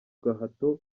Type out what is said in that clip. gahato